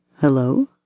Hello